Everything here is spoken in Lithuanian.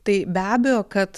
tai be abejo kad